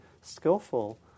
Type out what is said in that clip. skillful